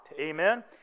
amen